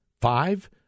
five